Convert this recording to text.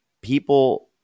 people